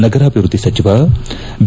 ನಗರಾಭಿವೃದ್ದಿ ಸಚಿವ ಬಿ